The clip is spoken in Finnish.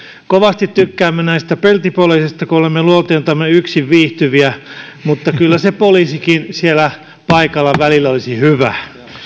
kovasti tykkäämme näistä peltipoliiseista kun olemme luonteeltamme yksin viihtyviä mutta kyllä se poliisikin siellä paikalla välillä olisi hyvä